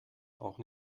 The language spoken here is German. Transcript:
auch